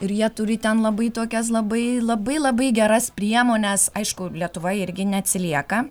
ir jie turi ten labai tokias labai labai labai geras priemones aišku lietuva irgi neatsilieka